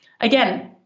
Again